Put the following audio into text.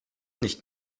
nicht